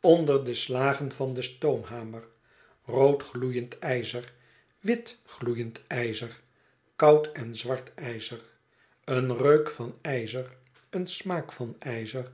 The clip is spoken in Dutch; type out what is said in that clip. onder de slagen van den stoomhamer rood gloeiend ijzer wit gloeiend ijzer koud en zwart ijzer een reuk van ijzer een smaak van ijzer